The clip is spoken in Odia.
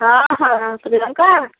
ହଁ ହଁ ଶ୍ରୀୟଙ୍କା